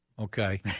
Okay